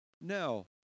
No